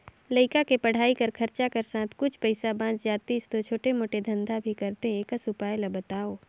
लइका के पढ़ाई कर खरचा कर साथ कुछ पईसा बाच जातिस तो छोटे मोटे धंधा भी करते एकस उपाय ला बताव?